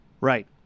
Right